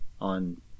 on